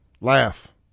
Laugh